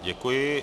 Děkuji.